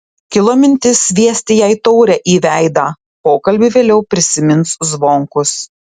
kilo mintis sviesti jai taurę į veidą pokalbį vėliau prisimins zvonkus